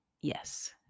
Yes